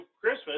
Christmas